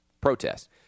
protest